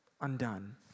undone